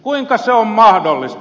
kuinka se on mahdollista